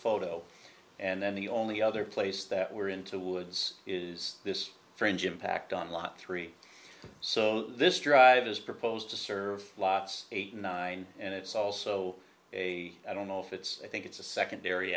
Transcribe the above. photo and then the only other place that we're into woods is this fringe impact on lot three so this drive has proposed to serve lots eight and nine and it's also a i don't know if it's i think it's a secondary